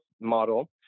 model